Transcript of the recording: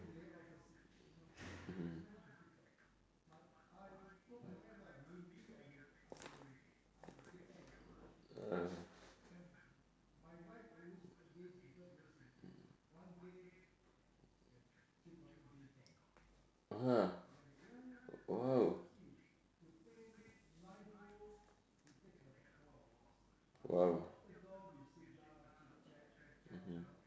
mmhmm uh !huh!